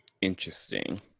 Interesting